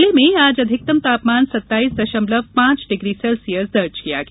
जिले में आज अधिकतम तापमान सत्ताइस दशमलव पांच डिग्री सेल्सियस दर्ज किया गया